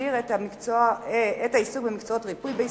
המסדיר את העיסוק במקצועות ריפוי בעיסוק,